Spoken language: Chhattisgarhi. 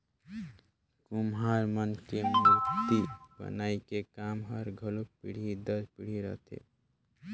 कुम्हार मन के मूरती बनई के काम हर घलो पीढ़ी दर पीढ़ी रहथे